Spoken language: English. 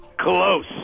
Close